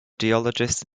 geologist